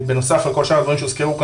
בנוסף על כל שאר הדברים שהוזכרו כאן,